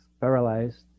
paralyzed